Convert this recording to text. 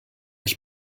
ich